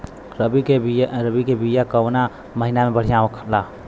रबी के बिया कवना महीना मे बढ़ियां होला?